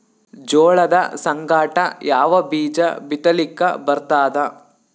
ಜೋಳದ ಸಂಗಾಟ ಯಾವ ಬೀಜಾ ಬಿತಲಿಕ್ಕ ಬರ್ತಾದ?